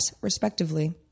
respectively